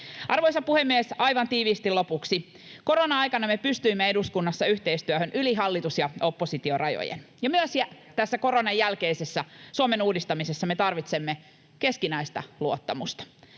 Arvoisa puhemies! Aivan tiiviisti lopuksi: Korona-aikana me pystyimme eduskunnassa yhteistyöhön yli hallitus‑ ja oppositiorajojen, ja myös tässä koronan jälkeisessä Suomen uudistamisessa me tarvitsemme keskinäistä luottamusta.